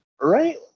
right